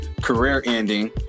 career-ending